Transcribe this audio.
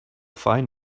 fine